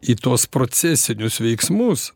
į tuos procesinius veiksmus